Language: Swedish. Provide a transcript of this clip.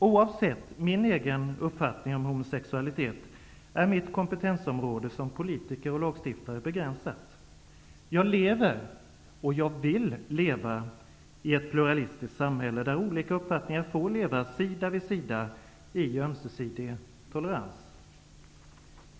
Oavsett min egen uppfattning om homosexualitet är mitt kompetensområde som politiker och lagstiftare begränsat. Jag lever, och jag vill leva, i ett pluralistiskt samhälle där olika uppfattningar får leva sida vid sida i ömsesidig tolerens.